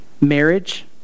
Marriage